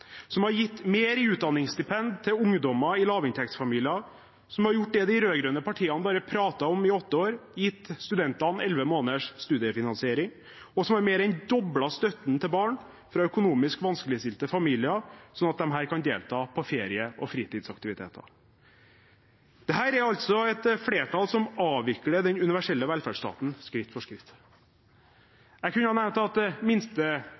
som har gitt mer i utdanningsstipend til ungdom i lavinntektsfamilier, som har gjort det de rød-grønne partiene bare pratet om i åtte år, og gitt studentene elleve måneders studiefinansiering, og som har mer enn doblet støtten til barn fra økonomisk vanskeligstilte familier, sånn at de kan delta på ferie- og fritidsaktiviteter. Dette er altså et flertall som avvikler den universelle velferdsstaten skritt for skritt. Jeg kunne ha nevnt at